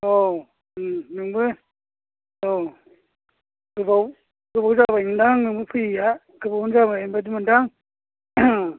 औ नोंबो औ गोबाव गोबाव जाबाय मोनदां नोंबो फैयैया गोबावानो जाबाय बादि मोनदों आं